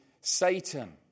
Satan